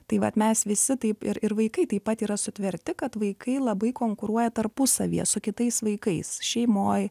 tai vat mes visi taip ir ir vaikai taip pat yra sutverti kad vaikai labai konkuruoja tarpusavyje su kitais vaikais šeimoj